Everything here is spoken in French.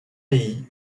pays